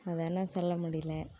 அதெல்லாம் சொல்ல முடியல